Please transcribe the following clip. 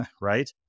right